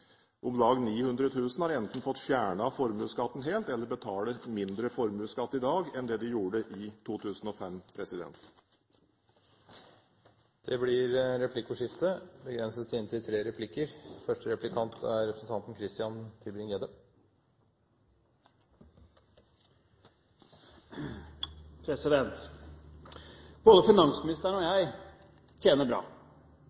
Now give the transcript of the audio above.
om lag 900 000 enten har fått fjernet formuesskatten helt eller betaler mindre formuesskatt i dag enn det de gjorde i 2005. Det blir replikkordskifte.